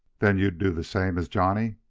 then you do the same as johnny.